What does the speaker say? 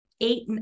eight